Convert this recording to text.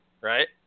right